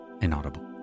inaudible